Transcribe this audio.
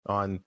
on